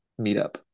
meetup